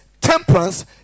temperance